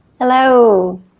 hello